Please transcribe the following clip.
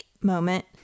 moment